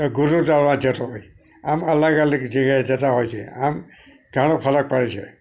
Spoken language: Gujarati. તો ગુરુદ્વારમાં જતો હોય આમ અલગ અલગ જગ્યાએ જતાં હોય છે આમ ઘણો ફરક પડે છે